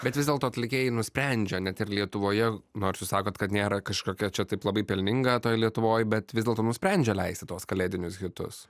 bet vis dėlto atlikėjai nusprendžia net ir lietuvoje nors jūs sakot kad nėra kažkokia čia taip labai pelninga toj lietuvoj bet vis dėlto nusprendžia leisti tuos kalėdinius hitus